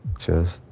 just